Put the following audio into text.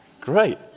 Great